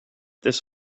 this